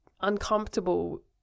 uncomfortable